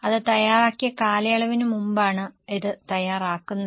അത് തയ്യാറാക്കിയ കാലയളവിന് മുമ്പാണ് ഇത് തയ്യാറാക്കുന്നത്